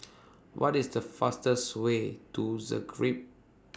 What IS The fastest Way to Zagreb